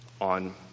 on